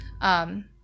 um-